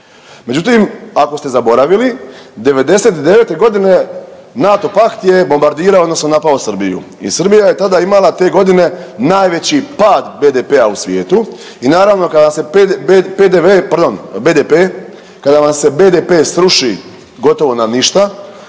Međutim, ako ste zaboravili '99.g. NATO pakt je bombardirao odnosno napao Srbiju i Srbija je tada imala te godine najveći pad BDP-a u svijetu i naravno kada se BDP kada vam se BDP sruši gotovo na ništa